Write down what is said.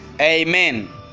amen